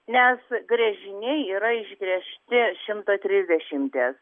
nes gręžiniai yra išgręžti šimto trisdešimties